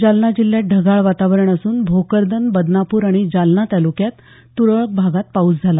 जालना जिल्ह्यात ढगाळ वातावरण असून भोकरदन बदनापूर आणि जालना ताल्क्यात तुरळक भागात पाऊस झाला